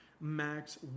Max